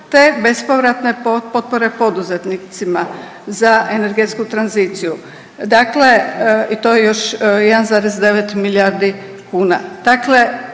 te bespovratne potpore poduzetnicima za energetsku tranziciju, dakle i to još 1,9 milijardi kuna.